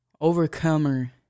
overcomer